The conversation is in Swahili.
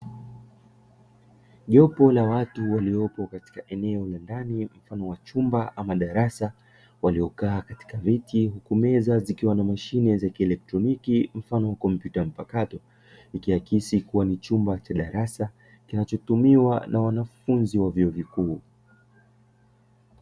Jopo la watu waliopo katika eneo la ndani mfano wa chumba ama darasa waliokaa katika viti huku meza zikiwa na mashine za kieletroniki mfano wa kompyuta mpakato, ikiakisi kuwa ni chumba cha darasa kinachotumiwa na wanafunzi wa chuo kikuu.